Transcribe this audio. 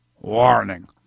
Warning